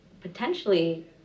potentially